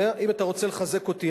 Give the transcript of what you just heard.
אני רוצה לחזק אותך,